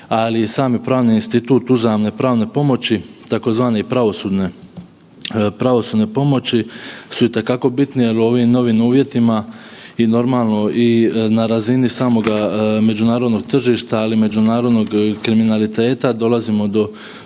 i sami pravni institut uzajamne pravne pomoći tzv. i pravosudne pomoći su i te kako bitni jer u ovim novim uvjetima i normalno i na razini samoga međunarodnoga tržišta, ali međunarodnog i kriminaliteta dolazimo do